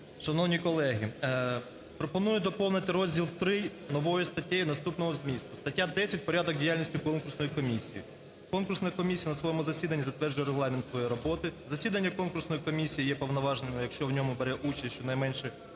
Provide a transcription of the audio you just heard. Шановні колеги, пропоную доповнити розділ ІІІ новою статтею наступного змісту: "Стаття 10. Порядок діяльності Конкурсної комісії. Конкурсна комісія на своєму засіданні затверджує регламент своєї роботи. Засідання Конкурсної комісії є повноваженою, якщо в ньому бере участь щонайменше